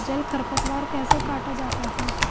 जल खरपतवार कैसे काटा जाता है?